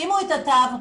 שימו את התו,